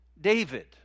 David